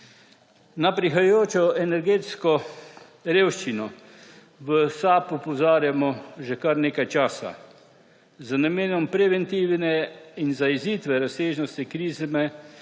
Na prihajajočo energetsko revščino v SAB opozarjamo že kar nekaj časa. Z namenom preventivne in zajezitvene razsežnosti krize